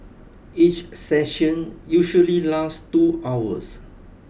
each session usually last two hours